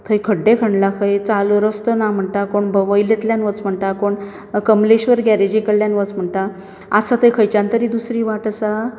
थंय खड्डे खणला खंय चालरस्तो ना म्हणटा कोण भ वयल्यातल्यान वच म्हणटा कोण कमलेश्वर गॅरेजी कडल्यान वच म्हणटा आसा थंय खंयच्यान तरी दुसरी वाट आसा